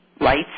lights